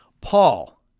Paul